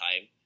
time